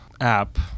app